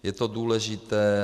Je to důležité.